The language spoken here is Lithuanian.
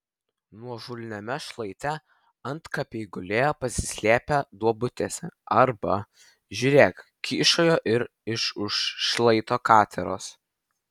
nuožulniame šlaite antkapiai gulėjo pasislėpę duobutėse arba žiūrėk kyšojo iš už šlaito keteros